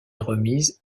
remises